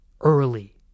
early